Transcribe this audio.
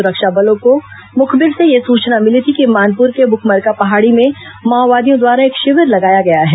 सुरक्षा बलों को मुखबिर से यह सूचना मिली थी कि मानपुर के बुकमरका पहाड़ी में माओवादियों द्वारा एक शिविर लगाया गया है